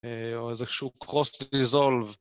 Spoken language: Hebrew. או איזה שהוא cross-resolve